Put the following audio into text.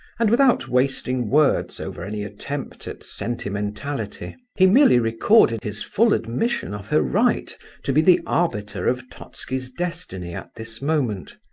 and without wasting words over any attempt at sentimentality, he merely recorded his full admission of her right to be the arbiter of totski's destiny at this moment.